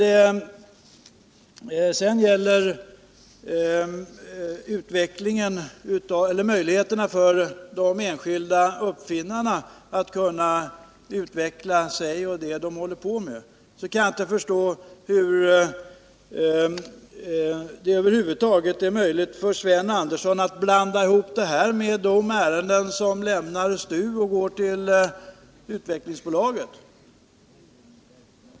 Vad sedan gäller möjligheterna för de enskilda uppfinnarna att utveckla sig och det de håller på med, kan jag inte förstå hur det över huvud taget är möjligt för Sven Andersson att blanda ihop det med de ärenden som lämnar STU och går till utvecklingsbolaget.